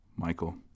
Michael